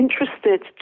interested